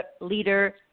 leader